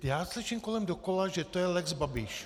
Já slyším kolem dokola, že to je lex Babiš.